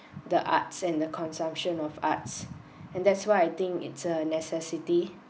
the arts and the consumption of arts and that's why I think it's a necessity